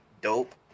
dope